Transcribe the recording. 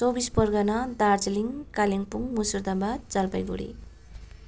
चौबिस परगना दार्जिलिङ कालिम्पोङ मुर्शिदाबाद जलपाइगुडी